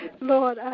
Lord